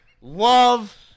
love